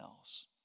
else